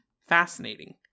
fascinating